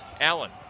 Allen